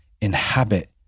inhabit